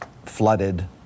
Flooded